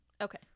Okay